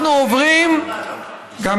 אנחנו עוברים, למה?